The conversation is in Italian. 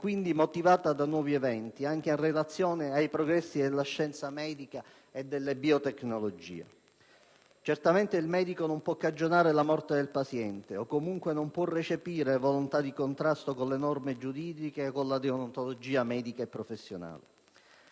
quindi motivata dai nuovi eventi, anche in relazione ai progressi della scienza medica e delle biotecnologie. Certamente il medico non può cagionare la morte del paziente o comunque non può recepire volontà in contrasto con le norme giuridiche o con la deontologia medica e professionale.